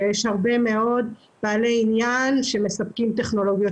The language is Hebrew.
ויש הרבה מאוד בעלי עניין שמספקים טכנולוגיות